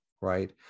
right